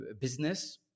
business